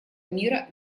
мира